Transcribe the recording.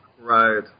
Right